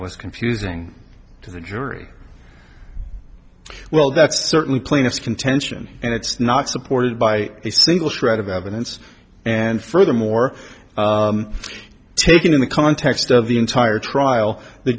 was confusing to the jury well that's certainly plaintiff's contention and it's not supported by a single shred of evidence and furthermore taken in the context of the entire trial the